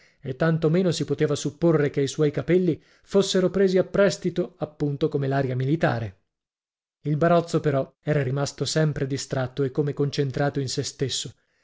e tanto meno si poteva supporre che i suoi capelli fossero presi a prestito appunto come l'aria militare il barozzo però era rimasto sempre distratto e come concentrato in sé stesso